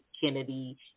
Kennedy